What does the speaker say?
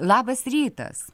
labas rytas